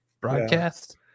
broadcast